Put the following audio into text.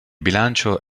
bilancio